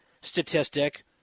statistic